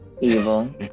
evil